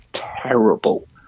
terrible